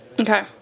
Okay